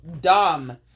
dumb